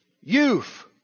youth